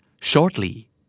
Shortly